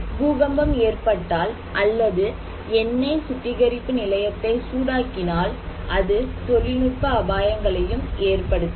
பூகம்பம் ஏற்பட்டால் அல்லது எண்ணெய் சுத்திகரிப்பு நிலையத்தை சூடாக்கினால் அது தொழில்நுட்ப அபாயங்களையும் ஏற்படுத்தும்